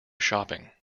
shopping